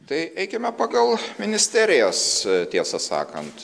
tai eikime pagal ministerijas tiesą sakant